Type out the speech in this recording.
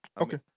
Okay